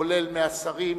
כולל השרים,